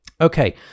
Okay